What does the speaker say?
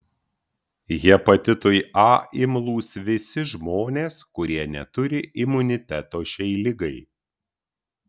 hepatitui a imlūs visi žmonės kurie neturi imuniteto šiai ligai